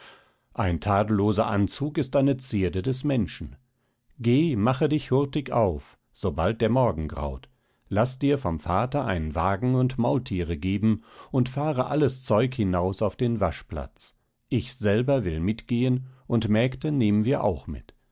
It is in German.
ein tadelloser anzug ist eine zierde des menschen geh mache dich hurtig auf sobald der morgen graut laß dir vom vater einen wagen und maultiere geben und fahre alles zeug hinaus auf den waschplatz ich selber will mitgehen und mägde nehmen wir auch mit